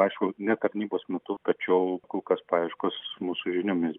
aišku ne tarnybos metu tačiau kol kas paieškos mūsų žiniomis